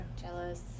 jealous